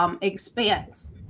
expense